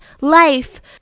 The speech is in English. life